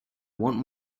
want